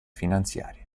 finanziarie